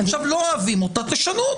לא אוהבים אותה תשנו אותה.